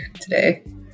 today